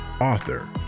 author